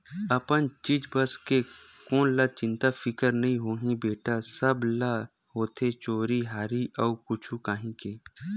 अपन चीज बस के कोन ल चिंता फिकर नइ होही बेटा, सब ल होथे चोरी हारी के अउ कुछु काही के